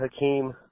Hakeem